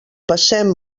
passem